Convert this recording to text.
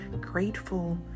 grateful